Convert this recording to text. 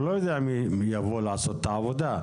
הוא לא יודע מי יבוא לעשות את העבודה.